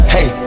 Hey